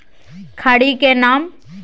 खड़ी के नाम?